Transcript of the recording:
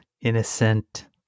innocent